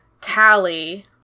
Tally